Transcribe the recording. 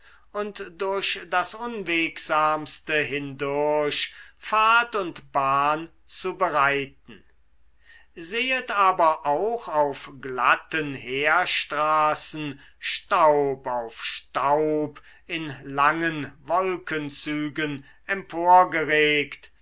und durch das unwegsamste hindurch pfad und bahn zu bereiten sehet aber auch auf glatten heerstraßen staub auf staub in langen wolkenzügen